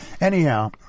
anyhow